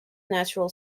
natural